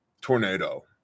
tornado